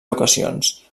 ocasions